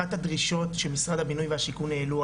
אחת הדרישות שמשרד הבינוי והשיכון העלו,